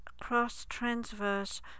cross-transverse